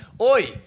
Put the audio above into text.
oi